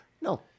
No